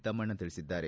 ತಮ್ನಣ್ಣ ತಿಳಿಸಿದ್ದಾರೆ